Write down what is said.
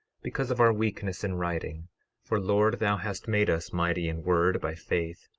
because of our weakness in writing for lord thou hast made us mighty in word by faith,